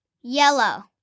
Yellow